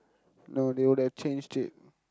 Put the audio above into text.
no they would have changed it